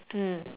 mm